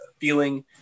feeling